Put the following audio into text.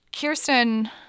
Kirsten